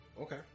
Okay